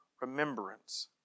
remembrance